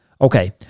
Okay